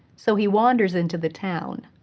so he wanders into the town.